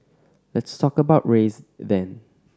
let's talk about race then